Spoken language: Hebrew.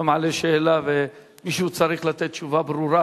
אתה מעלה שאלה ומישהו צריך לתת תשובה ברורה